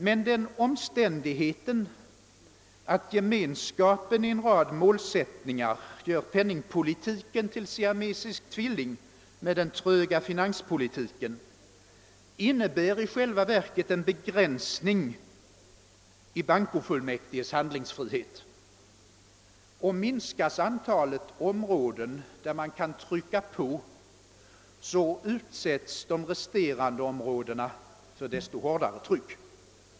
Men den omständigheten att gemenskapen i en rad målsättningar gör penningpolitiken till siamesisk tvilling med den tröga finanspolitiken innebär i själva verket en begränsning i bankofullmäktiges handlingsfrihet. Och minskas antalet områden där man kan trycka på, så utsätts de resterande områdena för desto hårdare tryck.